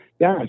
yes